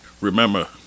Remember